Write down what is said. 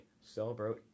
celebrate